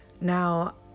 now